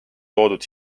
loodud